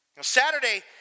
Saturday